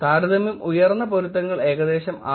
താരതമ്യം ഉയർന്ന പൊരുത്തങ്ങൾ ഏകദേശം 6